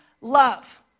love